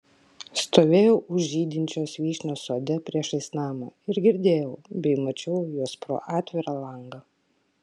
stovėjau už žydinčios vyšnios sode priešais namą ir girdėjau bei mačiau juos pro atvirą langą